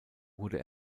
wurde